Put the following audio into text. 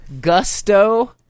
gusto